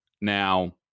now